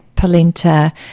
polenta